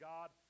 God